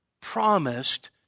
promised